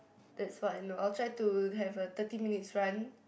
that's what I know I'll try to have a thirty minutes run